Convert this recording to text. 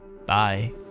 Bye